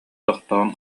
тохтоон